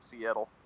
Seattle